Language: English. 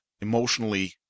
emotionally